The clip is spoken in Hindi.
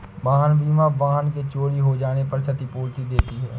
वाहन बीमा वाहन के चोरी हो जाने पर क्षतिपूर्ति देती है